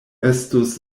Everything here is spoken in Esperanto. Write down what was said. estus